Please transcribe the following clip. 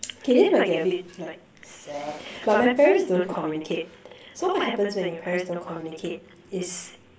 okay this might get a bit like sad but my parents don't communicate so what happens when your parents don't communicate is